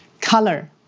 Color